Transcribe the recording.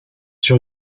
sur